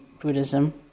Buddhism